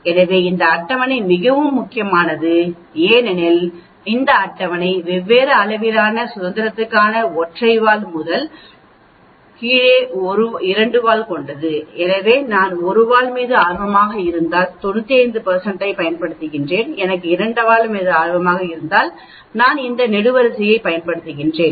எனவே இந்த அட்டவணை மிகவும் முக்கியமானது ஏனெனில் இந்த அட்டவணை வெவ்வேறு அளவிலான சுதந்திரத்திற்கு ஒற்றை வால் முதல் 1 கீழே 1 இரண்டு வால் கொண்டது எனவே நான் ஒரு வால் மீது ஆர்வமாக இருந்தால் 95 இதைப் பயன்படுத்துவேன் எனக்கு இரண்டு வால் 95 ஆர்வமாக இருந்தால் நான் இந்த நெடுவரிசையைப் பயன்படுத்துகிறேன்